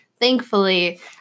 thankfully